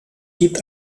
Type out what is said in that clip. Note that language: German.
gibt